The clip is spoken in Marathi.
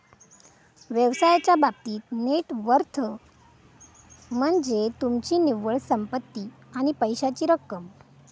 व्यवसायाच्या बाबतीत नेट वर्थ म्हनज्ये तुमची निव्वळ संपत्ती आणि पैशाची रक्कम